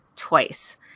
Twice